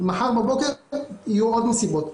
מחר בבוקר יהיו עוד מסיבות.